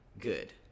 good